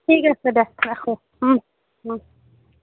ঠিক আছে দে ৰাখো